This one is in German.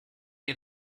mir